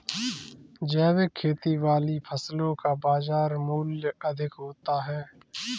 जैविक खेती वाली फसलों का बाजार मूल्य अधिक होता है